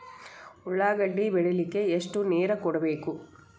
ಉಳ್ಳಾಗಡ್ಡಿ ಬೆಳಿಲಿಕ್ಕೆ ಎಷ್ಟು ನೇರ ಕೊಡಬೇಕು?